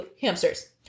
hamsters